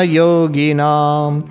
yoginam